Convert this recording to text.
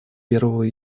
первого